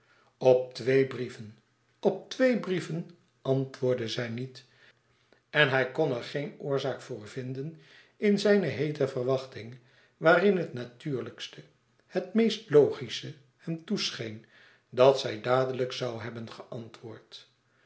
op twee brieven op twée brieven antwoordde zij niet en hij kon er geen oorzaak voor vinden in zijne heete verwachting waarin het natuurlijkste het meest logische hem toescheen dat zij dàdelijk zoû hebben geantwoord